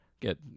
get